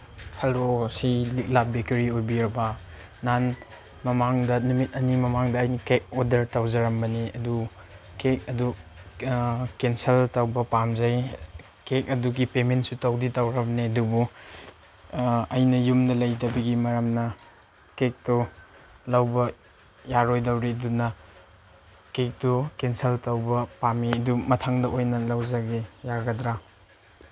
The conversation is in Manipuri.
ꯍꯜꯂꯣ ꯑꯁꯤ ꯂꯤꯛꯂꯥ ꯕꯦꯀꯔꯤ ꯑꯣꯏꯕꯤꯔꯕꯥ ꯅꯍꯥꯟ ꯃꯃꯥꯡꯗ ꯅꯨꯃꯤꯠ ꯑꯅꯤ ꯃꯃꯥꯡꯗ ꯑꯩ ꯀꯦꯛ ꯑꯣꯗꯔ ꯇꯧꯖꯔꯝꯕꯅꯤ ꯑꯗꯨ ꯀꯦꯛ ꯑꯗꯨ ꯀꯦꯟꯁꯦꯜ ꯇꯧꯕ ꯄꯥꯝꯖꯩ ꯀꯦꯛ ꯑꯗꯨꯒꯤ ꯄꯦꯃꯦꯟꯁꯨ ꯇꯧꯗꯤ ꯇꯧꯈ꯭ꯔꯕꯅꯦ ꯑꯗꯨꯕꯨ ꯑꯩꯅ ꯌꯨꯝꯗ ꯂꯩꯇꯕꯒꯤ ꯃꯔꯝꯅ ꯀꯦꯛꯇꯣ ꯂꯧꯕ ꯌꯥꯔꯣꯏꯗꯧꯔꯤ ꯑꯗꯨꯅ ꯀꯦꯛꯇꯨ ꯀꯦꯟꯁꯦꯜ ꯇꯧꯕ ꯄꯥꯝꯃꯤ ꯑꯗꯨ ꯃꯊꯪꯗ ꯑꯣꯏꯅ ꯂꯧꯖꯒꯦ ꯌꯥꯒꯗ꯭ꯔꯥ